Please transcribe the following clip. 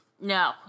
No